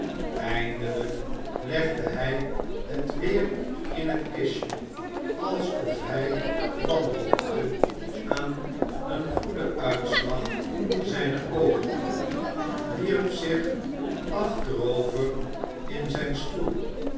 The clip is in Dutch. eindelijk legde hij het weer in het kistje alsof hij wanhoopte aan een goeden uitslag zijner pogingen wierp zich achterover in zijn stoel